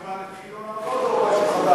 משהו שהתחיל לעבוד או משהו חדש?